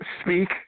speak